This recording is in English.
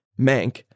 Mank